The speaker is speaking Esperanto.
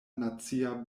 nacia